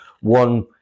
One